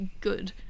good